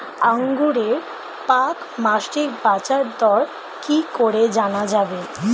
আঙ্গুরের প্রাক মাসিক বাজারদর কি করে জানা যাবে?